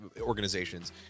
organizations